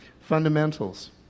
Fundamentals